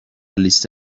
لیست